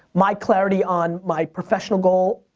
my clarity on my professional goal,